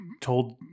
told